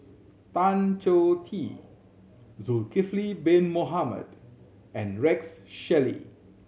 Tan Choh Tee Zulkifli Bin Mohamed and Rex Shelley